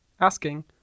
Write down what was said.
asking